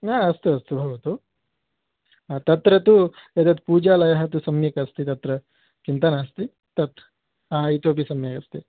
ना अस्तु अस्तु भवतु तत्र तु एतत् पूजालयः तु सम्यक् अस्ति तत्र चिन्ता नास्ति तत् हा इतोपि सम्यगस्ति